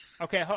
Okay